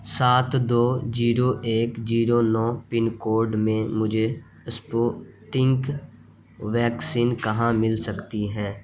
سات دو جیرو ایک جیرو نو پن کوڈ میں مجھے اسپوتنک ویکسین کہاں مل سکتی ہیں